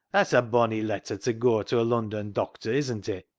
that's a bonny letter to goa to a lun don doctor, isn't it?